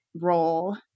role